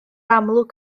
amlwg